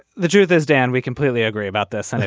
the truth is dan we completely agree about this. and